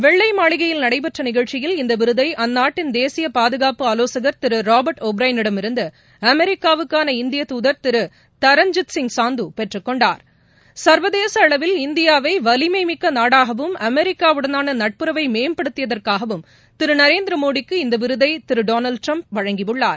வெள்ளை மாளிகையில் நடைபெற்ற நிகழ்ச்சியில் இந்த விருதை அந்நாட்டின் தேசிய பாதுகாப்பு ஆலோசன் திரு ராபாட் ஒப்ரைன்டமிருந்து அமெரிக்காவுக்காள இந்திய துதர் திரு தரன்ஜித்சிய் சாந்து பெற்றுக்கொண்டார் ள்வதேச அளவில் இந்தியாவை வலிமைமிக்க நாடாகவும் அமெரிக்காவுடனான நட்புறவை மேம்படுத்தியதற்காகவும் திரு நரேந்திரமோடிக்கு இந்த விருதை திரு டொனாள்ட் ட்டிரம் இந்த விருதை வழங்கியுள்ளார்